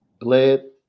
bled